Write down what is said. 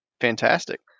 fantastic